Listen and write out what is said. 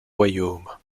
royaume